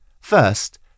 First